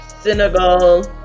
Senegal